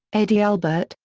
eddie albert,